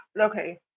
okay